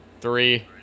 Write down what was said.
Three